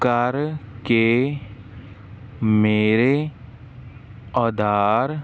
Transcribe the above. ਕਰਕੇ ਮੇਰੇ ਆਧਾਰ